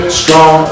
strong